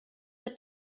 the